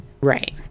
Right